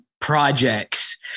projects